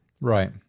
right